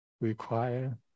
require